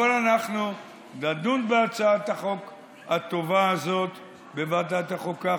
אבל אנחנו נדון בהצעת החוק הטובה הזאת בוועדת החוקה,